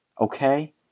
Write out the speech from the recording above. okay